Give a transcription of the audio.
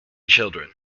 children